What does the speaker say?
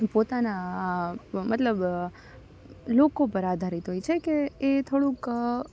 પોતાના મતલબ લુક ઉપર આધારિત હોય છે કે એ થોડુંક